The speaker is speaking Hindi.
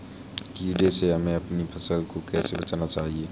कीड़े से हमें अपनी फसल को कैसे बचाना चाहिए?